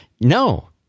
No